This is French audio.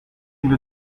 une